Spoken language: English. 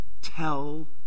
tell